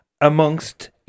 amongst